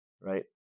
Right